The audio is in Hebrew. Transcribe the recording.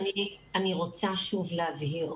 אני רוצה שוב להבהיר,